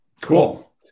Cool